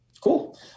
Cool